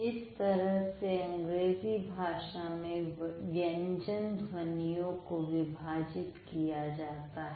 इस तरह से अंग्रेजी भाषा में व्यंजन ध्वनियों को विभाजित किया जाता है